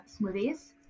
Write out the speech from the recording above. smoothies